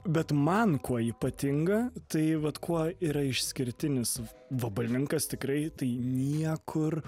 bet man kuo ypatinga tai vat kuo yra išskirtinis vabalninkas tikrai tai niekur